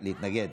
להתנגד.